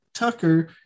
Tucker